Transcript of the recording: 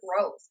growth